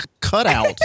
cutout